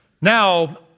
Now